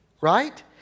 right